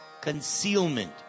concealment